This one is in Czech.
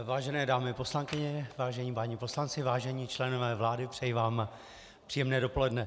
Vážené dámy poslankyně, vážení páni poslanci, vážení členové vlády, přeji vám příjemné dopoledne.